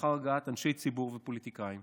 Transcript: לאחר הגעת אנשי ציבור ופוליטיקאים